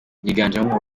yiganjemo